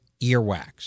earwax